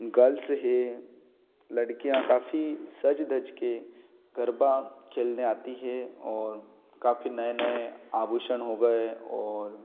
girls हैं लड़कियाँ काफ़ी सज धज के गरबा खेलने आती हैं और काफ़ी नए नए आभूषण हो गए और